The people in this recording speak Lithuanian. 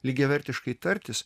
lygiavertiškai tartis